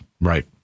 right